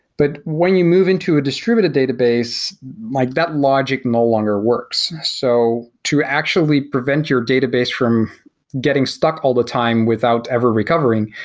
but when you move into a distributed database, like that logic no longer works. so to actually prevent your database from getting stuck all the time without ever recovering,